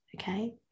okay